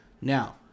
Now